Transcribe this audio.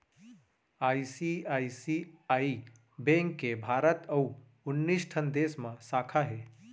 ICICI bank के भारत अउ उन्नीस ठन देस म साखा हे